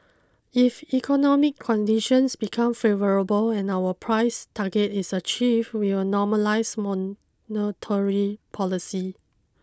if economic conditions become favourable and our price target is achieved we will normalise monetary policy